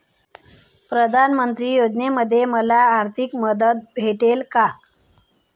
प्रधानमंत्री योजनेमध्ये मला आर्थिक मदत भेटेल का?